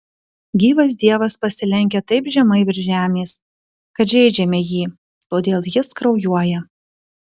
gyvas dievas pasilenkia taip žemai virš žemės kad žeidžiame jį todėl jis kraujuoja